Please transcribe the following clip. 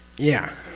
yeah,